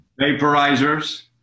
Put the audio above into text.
Vaporizers